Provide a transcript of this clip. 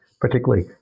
particularly